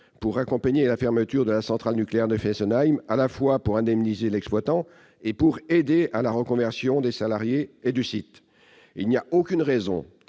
pour accompagner la fermeture de la centrale nucléaire de Fessenheim, à la fois pour aider les exploitants et pour aider à la reconversion des salariés et du site. Il n'y a aucune raison